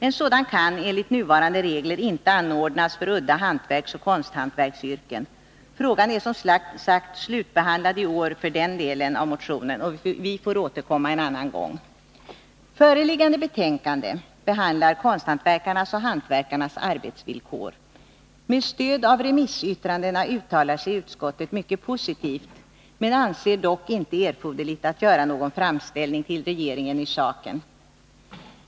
En sådan kan enligt nuvarande regler inte anordnas för udda hantverksoch konsthantverksyrken. Frågan är som sagt slutbehandlad för i år — när det gäller den delen av motionen — och vi får återkomma en annan gång. Föreliggande betänkande behandlar konsthantverkarnas och hantverkarnas arbetsvillkor. Med stöd av remissyttrandena uttalar sig utskottet mycket positivt men anser dock inte erforderligt att göra någon framställning till regeringen i saken.